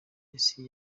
messi